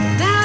Now